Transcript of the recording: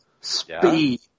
Speed